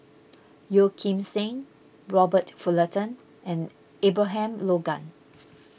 Yeo Kim Seng Robert Fullerton and Abraham Logan